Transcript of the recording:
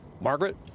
Margaret